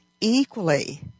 equally